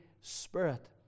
Spirit